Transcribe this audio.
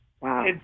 Wow